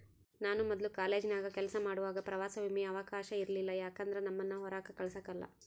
ನಾನು ಮೊದ್ಲು ಕಾಲೇಜಿನಾಗ ಕೆಲಸ ಮಾಡುವಾಗ ಪ್ರವಾಸ ವಿಮೆಯ ಅವಕಾಶವ ಇರಲಿಲ್ಲ ಯಾಕಂದ್ರ ನಮ್ಮುನ್ನ ಹೊರಾಕ ಕಳಸಕಲ್ಲ